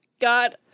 God